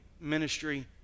ministry